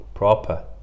Proper